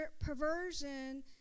perversion